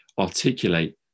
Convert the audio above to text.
articulate